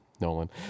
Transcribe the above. Nolan